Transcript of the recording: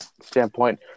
standpoint